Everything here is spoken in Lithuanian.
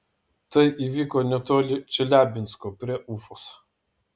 tai įvyko netoli čeliabinsko prie ufos